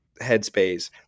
headspace